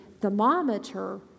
thermometer